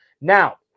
Now